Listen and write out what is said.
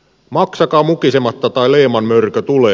maksakaa tai lehman mörkö tulee